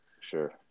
sure